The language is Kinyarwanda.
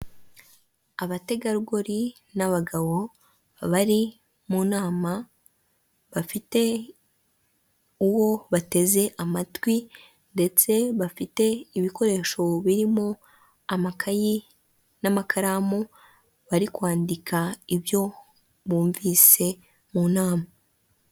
Utubati twiza dushyashya bari gusiga amarangi ukaba wadukoresha ubikamo ibintu yaba imyenda, ndetse n'imitako.